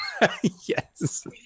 Yes